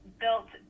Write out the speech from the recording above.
built